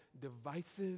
divisive